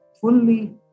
fully